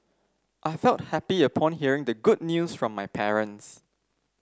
I felt happy upon hearing the good news from my parents